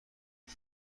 يجب